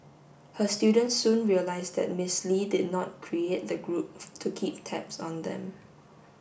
her students soon realised that Miss Lee did not create the group to keep tabs on them